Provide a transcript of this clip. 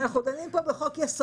ואנחנו דנים פה בחוק-יסוד,